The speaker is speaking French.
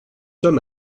homme